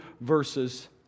verses